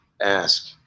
ask